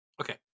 Okay